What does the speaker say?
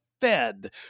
Fed